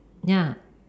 ya